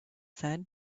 said